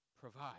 provide